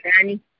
Danny